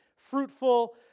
fruitful